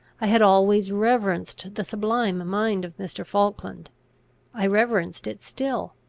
i had always reverenced the sublime mind of mr. falkland i reverenced it still.